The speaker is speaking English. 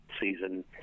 season